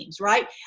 right